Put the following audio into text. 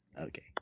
okay